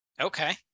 Okay